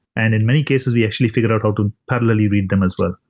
and in many cases, we actually figure out how to parallel read them as well.